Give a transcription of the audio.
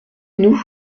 nous